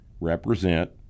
represent